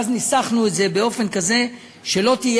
ואז ניסחנו את זה באופן כזה שלא תהיה